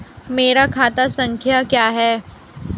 मेरा खाता संख्या क्या है?